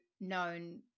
known